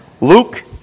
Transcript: Luke